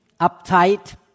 uptight